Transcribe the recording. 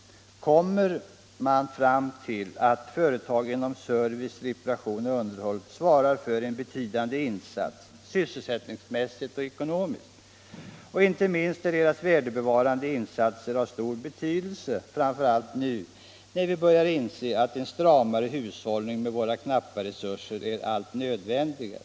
kommer man fram till att företagen inom service, eparation och underhåll svarar för en betydande insats sysselsättningsmässigt och ekonomiskt. Inte minst är deras värdebevarande insatser av stor betydelse framför allt nu, när vi börjat inse att en stramare hushållning med våra knappa resurser är allt nödvändigare.